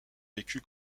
vécu